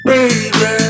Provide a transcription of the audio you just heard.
Baby